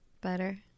better